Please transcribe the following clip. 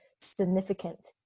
significant